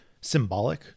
symbolic